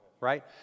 right